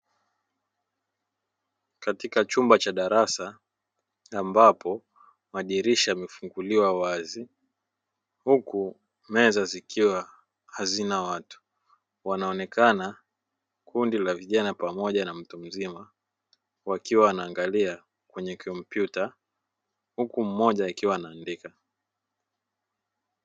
Katika chumba cha darasa ambapo madirisha yamefunguliwa wazi huku meza zikiwa hazina watu, wanaonekana kundi la vijana pamoja na mtu mzima wakiwa wanaangalia kwenye kompyuta, huku mmoja akiwa anaandika.